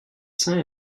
saint